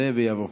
יעלה ויבוא.